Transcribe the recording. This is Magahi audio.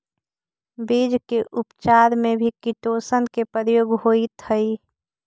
बीज के उपचार में भी किटोशन के प्रयोग होइत हई